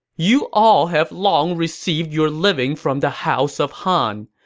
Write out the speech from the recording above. you all have long received your living from the house of han.